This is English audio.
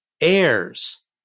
heirs